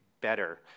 better